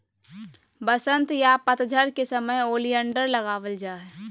वसंत या पतझड़ के समय ओलियंडर लगावल जा हय